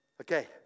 Okay